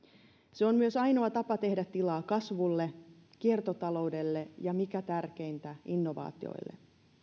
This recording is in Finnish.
se on myös ainoa tapa tehdä tilaa kasvulle kiertotaloudelle ja mikä tärkeintä innovaatioille